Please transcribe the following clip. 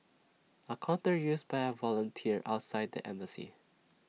A counter used by A volunteer outside the embassy